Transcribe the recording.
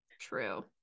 true